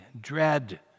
dread